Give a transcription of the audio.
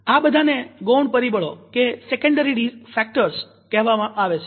આ બધા ને ગૌણ પરિબળો કહેવામાં આવે છે